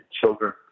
children